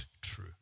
true